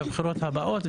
בבחירות הבאות,